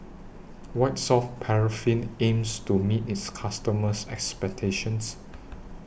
White Soft Paraffin aims to meet its customers' expectations